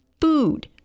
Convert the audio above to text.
Food